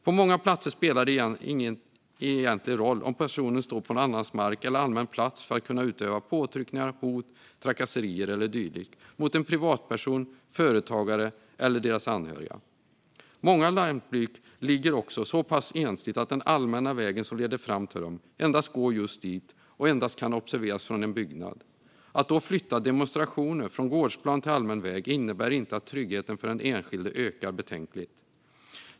På många platser spelar det ingen egentlig roll om en person står på någon annans mark eller allmän plats för att kunna utöva påtryckningar, hot, trakasserier eller dylikt mot en privatperson, företagare eller deras anhöriga. Många lantbruk ligger så pass ensligt att den allmänna vägen som leder fram till dem endast går just dit och endast kan observeras från en byggnad. Att då flytta demonstrationer från gårdsplan till allmän väg innebär inte att tryggheten för den enskilde ökar betänkligt.